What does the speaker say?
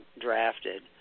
drafted